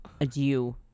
adieu